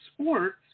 sports